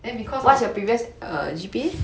then because of